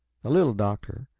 the little doctor,